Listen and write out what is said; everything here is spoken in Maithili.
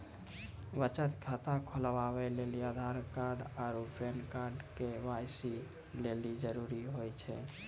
बचत खाता खोलबाबै लेली आधार आरू पैन कार्ड के.वाइ.सी लेली जरूरी होय छै